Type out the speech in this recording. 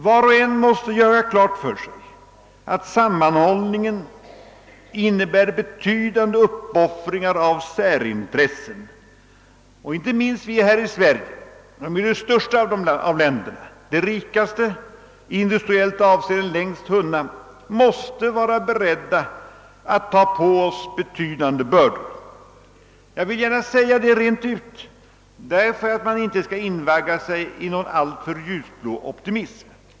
Var och en måste göra klart för sig att sammanhållningen innebär betydande uppoffringar av särintressen. Inte minst vi i Sverige, som är det största, rikaste och i industriellt avseende längst komna landet, måste vara beredda att ta på oss betydande bördor. Jag vill säga detta rent ut, så att människorna i vårt land inte skall låta sig ledas av någon alltför ljusblå optimism.